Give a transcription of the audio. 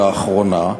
לאחרונה.